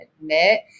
admit